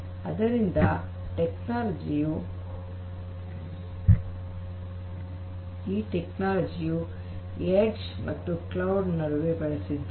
ಆದ್ದರಿಂದ ಈ ತಂತ್ರವು ಎಡ್ಜ್ ಮತ್ತು ಕ್ಲೌಡ್ ನಡುವೆ ಬಳಸಿದ್ದಾರೆ